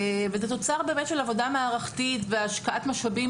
וזה תוצר של עבודה מערכתית והשקעת משאבים